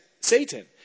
Satan